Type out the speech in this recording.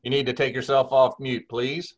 you need to take yourself off mute please